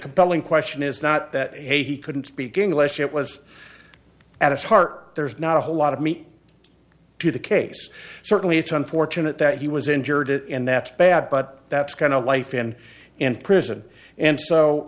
compelling question is not that he couldn't speak english it was at its heart there's not a whole lot of meat to the case certainly it's unfortunate that he was injured and that's bad but that's kind of life in and prison and so